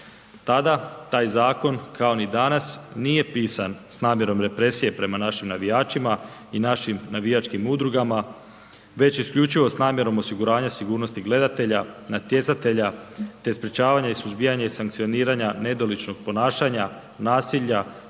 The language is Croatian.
Tada taj zakon kao ni danas nije pisan s namjerom represije prema našim navijačima i našim navijačkim udrugama, već isključivo s namjerom osiguranja sigurnosti gledatelja, natjecatelja te sprečavanja, suzbijanja i sankcioniranja nedoličnog ponašanja, nasilja